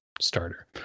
starter